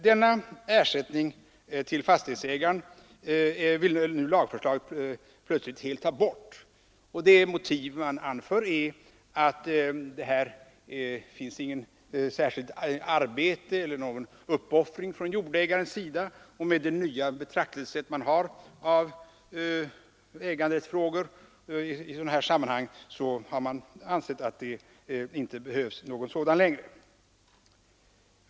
Denna ersättning till fastighetsägaren vill nu lagförslaget plötsligt helt ta bort, och det motiv som anförs är att här görs inget särskilt arbete eller någon uppoffring från jordägarens sida. Med det nya betraktelsesättet på äganderättsfrågor i sådana här sammanhang har man ansett att någon jordägaravgäld inte längre behövs.